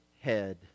head